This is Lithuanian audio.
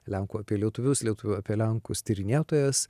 lenkų apie lietuvius lietuvių apie lenkus tyrinėtojas